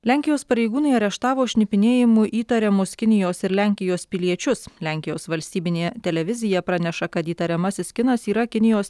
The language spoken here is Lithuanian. lenkijos pareigūnai areštavo šnipinėjimu įtariamus kinijos ir lenkijos piliečius lenkijos valstybinė televizija praneša kad įtariamasis kinas yra kinijos